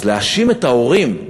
אז להאשים את ההורים,